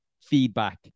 feedback